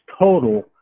total